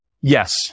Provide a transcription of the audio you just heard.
Yes